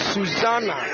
Susanna